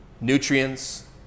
nutrients